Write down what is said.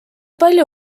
palju